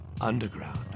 underground